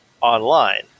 online